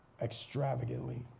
extravagantly